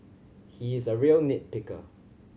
he is a real nit picker